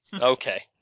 Okay